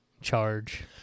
charge